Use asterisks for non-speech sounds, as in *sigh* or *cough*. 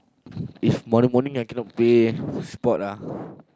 if morning morning I cannot play sport ah *breath*